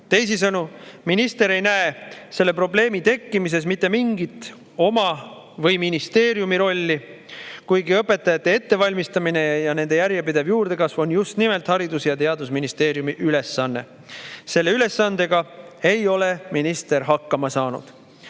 Teisisõnu, minister ei näe selle probleemi tekkimises mitte mingit oma või ministeeriumi rolli, kuigi õpetajate ettevalmistamine ja nende järjepidev juurdekasv on just nimelt Haridus- ja Teadusministeeriumi ülesanne. Selle ülesandega ei ole minister hakkama saanud.